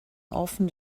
often